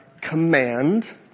command